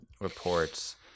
reports